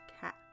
cat